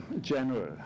general